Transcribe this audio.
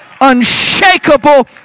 unshakable